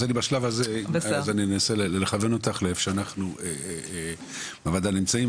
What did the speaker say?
אז בשלב הזה אני אנסה לכוון אותך לאיפה שאנחנו הוועדה נמצאים,